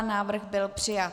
Návrh byl přijat.